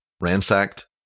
ransacked